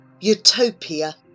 Utopia